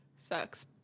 Sucks